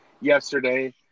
yesterday